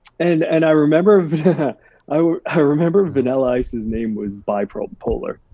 and and i remember i i remember vanilla ice's name was bi-polar,